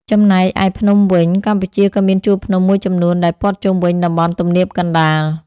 ចំណែកឯភ្នំវិញ កម្ពុជាក៏មានជួរភ្នំមួយចំនួនដែលព័ទ្ធជុំវិញតំបន់ទំនាបកណ្តាល។